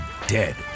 dead